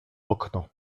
oko